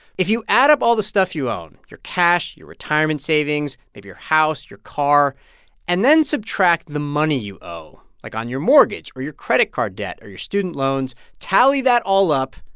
if you add up all the stuff you own your cash, your retirement savings, maybe your house, your car and then subtract the money you owe like, on your mortgage or your credit card debt or your student loans tally that all up,